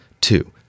two